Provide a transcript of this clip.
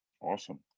Awesome